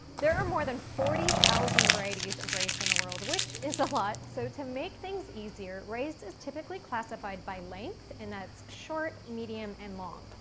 there are more than forty thousand varieties of rice in the world, which is a lot, so to make things easier, rice is typically classified by length, and that's short, medium, and long.